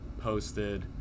posted